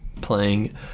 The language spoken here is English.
playing